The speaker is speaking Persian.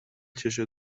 چشتون